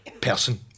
person